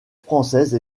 française